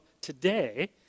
today